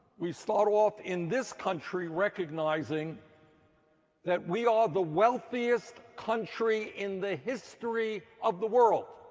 we start off in this country recognizeing that we are the wealthiest country in the history of the world.